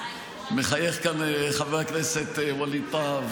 מחייך כאן חבר הכנסת ווליד טאהא,